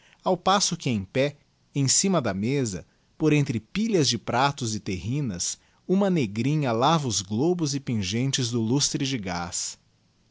ao passo que em pé em cima da mesa por entre pilhas de pratos e terrinas uma negrinha lava os globos e pingentes do lustre de gaz